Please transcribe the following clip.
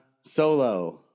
Solo